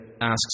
asks